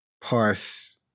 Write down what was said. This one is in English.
parse